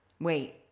Wait